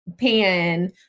pan